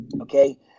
Okay